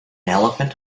elephant